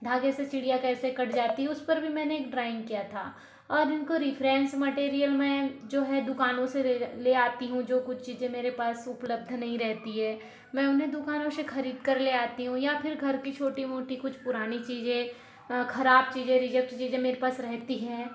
धागे से चिड़िया कैसे कट जाती है उस पर भी मैंने ड्रॉइंग किया था और इनको रेफरेंस मटेरियल में जो है दुकानों से ले आती हूँ जो कुछ चीज़ें मेरे पास उपलब्ध नहीं रहती है मैं उन्हें दुकानों से खरीदकर ले आती हूँ या फिर घर की छोटी मोटी कुछ पुरानी चीज़ें खराब चीज़ें रिजैक्ट चीज़ें मेरे पास रहती हैं